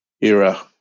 era